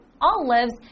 olives